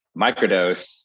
microdose